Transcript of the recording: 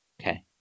Okay